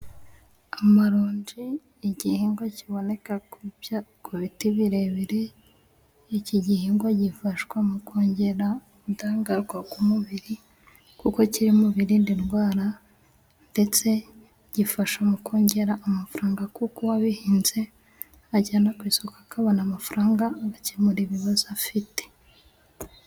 Amaronji igihingwa kiboneka ku biti birebire, iki gihingwa gifashwa mu kongera indahangarwa umubiri kuko kirimo birinda indwara ndetse gifasha mu kongera amafaranga kuko uwabihinze ajyana ku isoko akabona amafaranga, agakemura ibibazo afite.